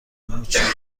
موچین